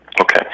Okay